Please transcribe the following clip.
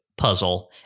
puzzle